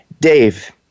Dave